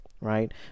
right